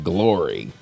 Glory